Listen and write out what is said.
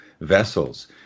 vessels